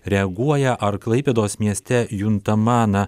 reaguoja ar klaipėdos mieste juntama na